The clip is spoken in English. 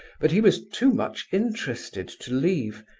but he was too much interested to leave,